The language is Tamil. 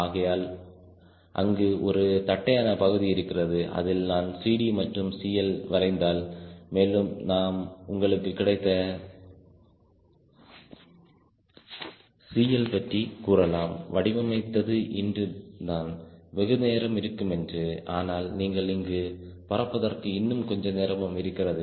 ஆகையால் அங்கு ஒரு தட்டையான பகுதி இருக்கிறது அதில் நான்CDமற்றும் CLவரைந்தால் மேலும் நாம் உங்களுக்கு கிடைத்த CL பற்றி கூறலாம் வடிவமைத்தது இன்று தான் வெகுநேரம் இருக்கும் என்று ஆனால் நீங்கள் இங்கு பறப்பதற்கு இன்னும் கொஞ்சம் நேரமும் இருக்கிறது